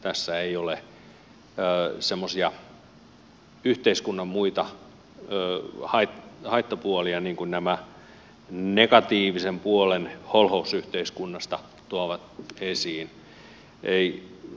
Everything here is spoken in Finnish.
tässä ei ole semmoisia yhteiskunnan muita haittapuolia jotka nämä negatiivisen puolen holhousyhteiskunnasta tuovat esiin